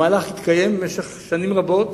המהלך התקיים במשך שנים רבות